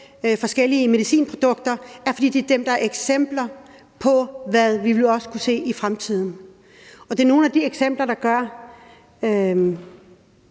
forskellige medicinprodukter er, fordi det er dem, der er eksempler på, hvad vi også vil kunne se i fremtiden. Det er også nogle af de eksempler, der gør,